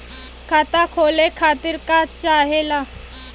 खाता खोले खातीर का चाहे ला?